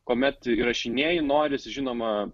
kuomet įrašinėji norisi žinoma